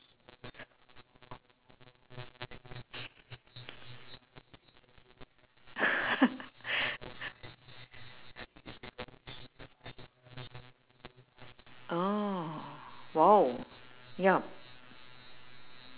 oh !wow! yup